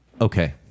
Okay